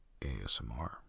ASMR